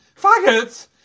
Faggots